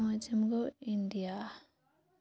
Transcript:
پوٗنٛژِم گوٚو اِنٛڈیا